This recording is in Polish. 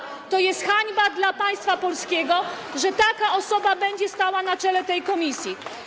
To jest hańba, to jest hańba dla państwa polskiego, że taka osoba będzie stała na czele tej komisji.